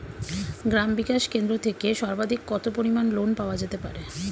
গ্রাম বিকাশ কেন্দ্র থেকে সর্বাধিক কত পরিমান লোন পাওয়া যেতে পারে?